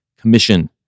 Commission